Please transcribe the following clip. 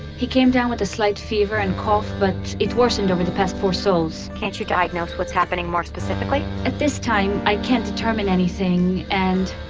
he came down down with a slight fever and cough, but it worsened over the past four sols can't you diagnose what's happening more specifically? at this time i can't determine anything, and.